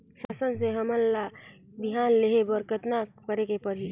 शासन से हमन ला बिहान लेहे बर कतना करे परही?